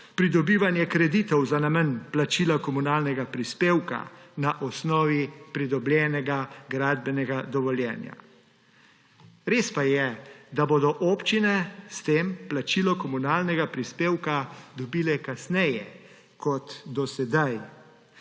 pridobivanje kreditov za namen plačila komunalnega prispevka na osnovi pridobljenega gradbenega dovoljenja. Res pa je, da bodo občine s tem plačilo komunalnega prispevka dobile kasneje kot do sedaj.